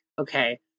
okay